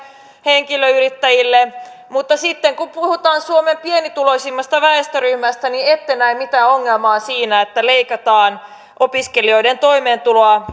henkilöyrittäjille mutta sitten kun puhutaan suomen pienituloisimmasta väestöryhmästä niin ette näe mitään ongelmaa siinä että leikataan opiskelijoiden toimeentuloa